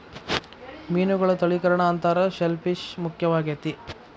ಮೇನುಗಳ ತಳಿಕರಣಾ ಅಂತಾರ ಶೆಲ್ ಪಿಶ್ ಮುಖ್ಯವಾಗೆತಿ